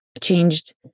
changed